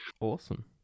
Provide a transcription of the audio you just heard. Awesome